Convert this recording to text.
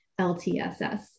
LTSS